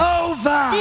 over